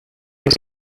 was